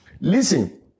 Listen